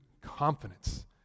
confidence